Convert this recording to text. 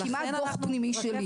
זה כמעט דוח פנימי שלי.